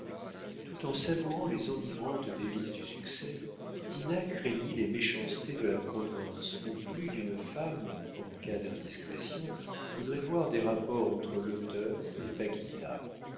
tout en savourant les enivrantes délices du succès dinah craignit les méchancetés de la province où plus d'une femme en cas d'indiscrétion voudrait voir des rapports entre l'auteur et